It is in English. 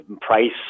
price